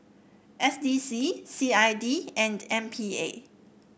S D C C I D and M P A